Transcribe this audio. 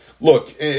Look